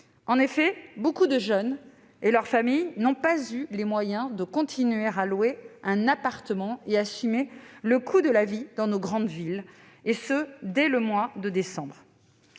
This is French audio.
En effet, beaucoup de jeunes, malgré l'aide de leur famille, n'ont pas eu les moyens de continuer à louer un appartement et assumer le coût de la vie dans nos grandes villes, ce dès le mois de décembre.